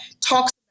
talks